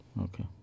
okay